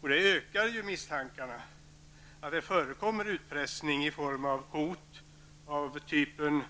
Och det ökar ju misstankarna att det förekommer utpressning i form av hot av typen: